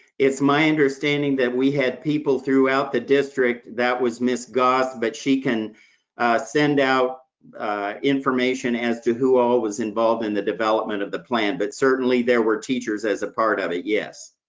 it's my understanding that we had people throughout the district, that was miss gauss, but she can send out information as to who all was involved in the development of the plan, but certainly there were teachers as a part of it, yes.